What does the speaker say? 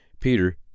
Peter